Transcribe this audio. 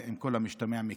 עם כל המשתמע מכך.